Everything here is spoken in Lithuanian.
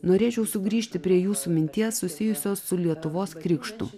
norėčiau sugrįžti prie jūsų minties susijusios su lietuvos krikštu